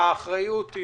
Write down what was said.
שהאחריות היא